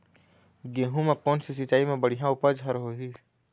गेहूं म कोन से सिचाई म बड़िया उपज हर होही?